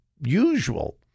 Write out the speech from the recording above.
usual